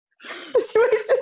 situation